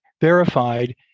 verified